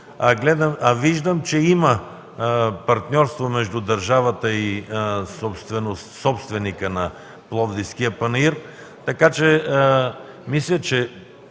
виждам че има партньорство между държавата и собственика на Пловдивския панаир. Мисля, че